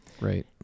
Right